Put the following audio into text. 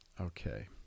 Okay